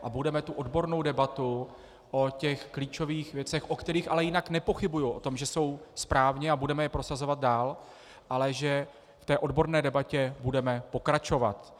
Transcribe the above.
A budeme v odborné debatě o těch klíčových věcech, u kterých ale jinak nepochybuji o tom, že jsou správně, a budeme je prosazovat dál, ale že v té odborné debatě budeme pokračovat.